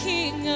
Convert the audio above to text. King